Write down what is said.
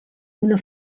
una